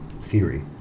theory